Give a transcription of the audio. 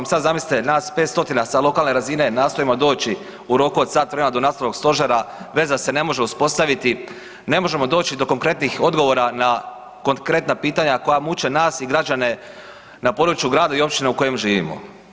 Sada zamislite nas 5 stotina sa lokalne razine nastojimo doći u roku od sat vremena do nacionalnog stožera, veza se ne može uspostaviti, ne možemo doći do konkretnih odgovora na konkretna pitanja koja muče nas i građane na području grada i općina u kojim živimo.